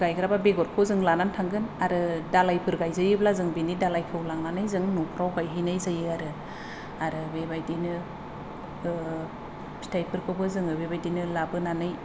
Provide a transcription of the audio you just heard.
गायग्राबा बेगरखौ जों लानानै थांगोन आरो दालायफ्राफोर गायजायोब्ला जों बेनि दालायखौ लांनानै जों न'फ्राव गायहैनाय जायो आरो आरो बेबायदिनो फिथायफोरखौबो जोङो बेबायदि लाबोनानै